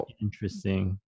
interesting